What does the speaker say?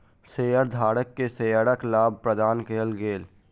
शेयरधारक के शेयरक लाभ प्रदान कयल गेल